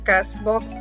Castbox